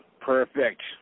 Perfect